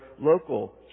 local